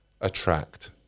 Attract